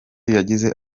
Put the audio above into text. yagize